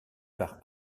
par